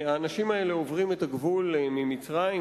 האנשים האלה עוברים את הגבול ממצרים,